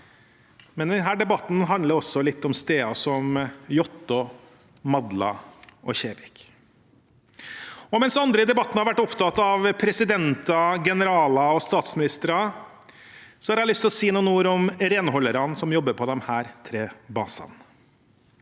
men denne debatten handler også litt om steder som Jåtta, Madla og Kjevik. Mens andre i debatten har vært opptatt av presidenter, generaler og statsministre, har jeg lyst til å si noen ord om renholderne som jobber på disse tre basene.